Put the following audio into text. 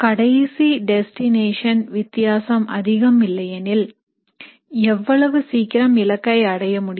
கடைசி டெஸ்டினேஷன் வித்தியாசம் அதிகம் இல்லையெனில் எவ்வளவு சீக்கிரம் இலக்கை அடைய முடியும்